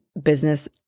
business